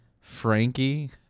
frankie